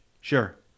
Sure